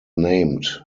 named